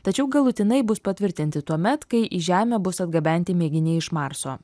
tačiau galutinai bus patvirtinti tuomet kai į žemę bus atgabenti mėginiai iš marso